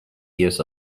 years